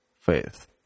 faith